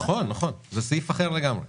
נכון, זה סעיף אחר לגמרי.